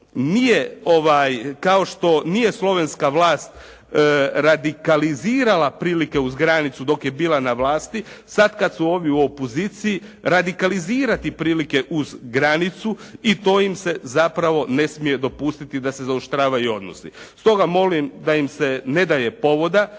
kao što nije Slovenska vlast radikalizirala prilike uz granicu dok je bila na vlasti, sada kada su ovi u opoziciji radikalizirati prilike uz granicu i to im se zapravo ne smije dopustiti da se zaoštravaju odnosi. Stoga molim da im se ne daje povoda,